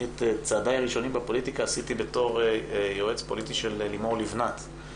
את צעדיי הראשונים בפוליטיקה עשיתי בתור יועץ פוליטי של לימור לבנת,